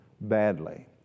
badly